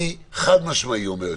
אני חד משמעי אומר כאן.